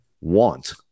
want